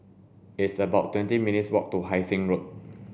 it's about twenty minutes' walk to Hai Sing Road